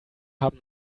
haben